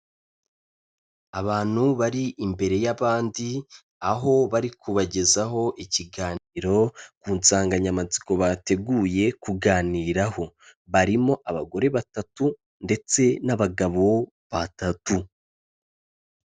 Abantu bari imbere y'abandi aho bari kubagezaho ikiganiro ku nsanganyamatsiko bateguye kuganiraho, barimo abagore batatu ndetse n'abagabo batatu.